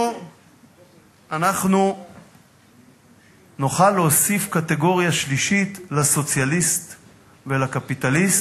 אנחנו נוכל להוסיף קטגוריה שלישית לסוציאליסט ולקפיטליסט,